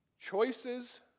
choices